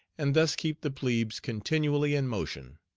and thus keep the plebes continually in motion.